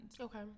Okay